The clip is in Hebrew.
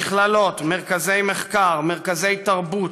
ומכללות, מרכזי מחקר, מרכזי תרבות,